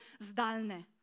zdalne